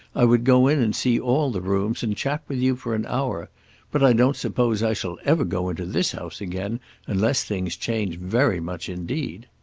i would go in and see all the rooms and chat with you for an hour but i don't suppose i shall ever go into this house again unless things change very much indeed.